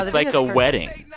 like, the wedding.